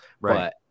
right